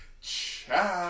Ciao